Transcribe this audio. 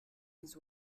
his